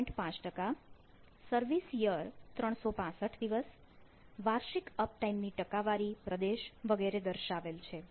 5 service year 365 દિવસ વાર્ષિક up time ની ટકાવારી પ્રદેશ વગેરે દર્શાવેલ છે